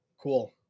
Cool